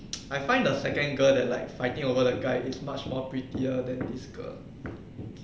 I find the second girl that like fighting over the guy is much more prettier than this girl